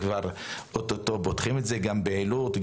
אוטוטו פותחים את התחנה לפעילות.